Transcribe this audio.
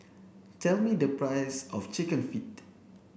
tell me the price of chicken feet